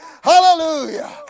hallelujah